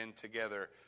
together